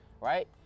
right